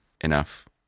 enough